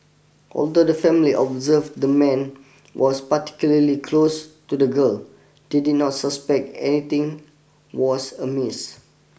although the family observed the man was particularly close to the girl they did not suspect anything was amiss